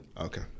Okay